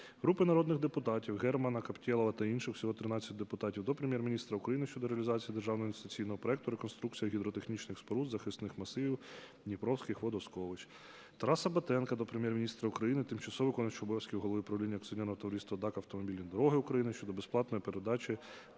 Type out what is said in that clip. Групи народних депутатів (Германа, Каптєлова та інших. Всього 13 депутатів) до Прем'єр-міністра України щодо реалізації Державного інвестиційного проекту "Реконструкція гідротехнічних споруд захисних масивів дніпровських водосховищ". Тараса Батенка до Прем'єр-міністра України, тимчасового виконувача обов'язків голови правління Акціонерного товариства "ДАК "Автомобільні дороги України" щодо безоплатної передачі